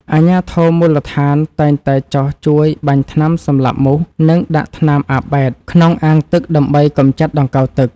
អាជ្ញាធរមូលដ្ឋានតែងតែចុះជួយបាញ់ថ្នាំសម្លាប់មូស និងដាក់ថ្នាំអាប៊ែតក្នុងអាងទឹកដើម្បីកម្ចាត់ដង្កូវទឹក។